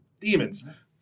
demons